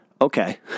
Okay